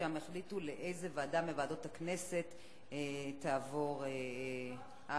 שם יחליטו לאיזו ועדה מוועדות הכנסת תעבור ההצעה.